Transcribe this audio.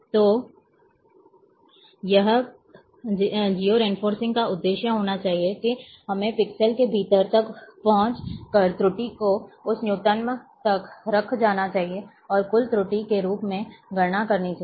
तो यह geo referencing का उद्देश्य होना चाहिए कि हमें पिक्सेल के भीतर तक पहुंच कर त्रुटि को उस न्यूनतम तक रखा जाना चाहिए और कुल त्रुटि के रूप में गणना करनी चाहिए